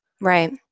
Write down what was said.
Right